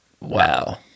Wow